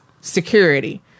security